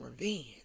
revenge